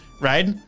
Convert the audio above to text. right